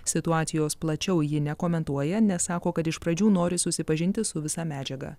situacijos plačiau ji nekomentuoja nes sako kad iš pradžių nori susipažinti su visa medžiaga